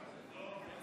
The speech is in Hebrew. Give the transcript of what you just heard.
אדוני